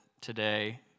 today